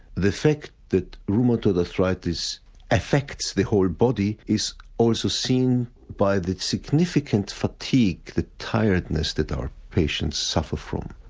the fact that rheumatoid arthritis affects the whole body is also seen by the significant fatigue, the tiredness that our patients suffer from.